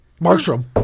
Markstrom